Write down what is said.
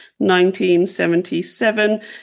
1977